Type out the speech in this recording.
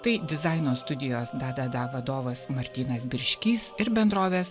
tai dizaino studijos dadada vadovas martynas birškys ir bendrovės